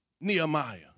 Nehemiah